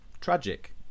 tragic